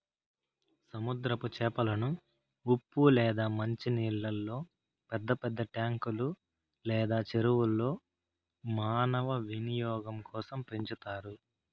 సముద్రపు చేపలను ఉప్పు లేదా మంచి నీళ్ళల్లో పెద్ద పెద్ద ట్యాంకులు లేదా చెరువుల్లో మానవ వినియోగం కోసం పెంచుతారు